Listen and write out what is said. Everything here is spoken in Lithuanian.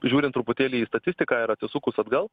žiūrint truputėlį į statistiką ir atsisukus atgal